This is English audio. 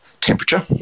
temperature